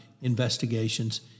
investigations